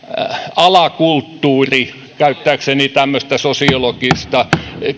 alakulttuuri käyttääkseni tämmöistä sosiologista